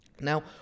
Now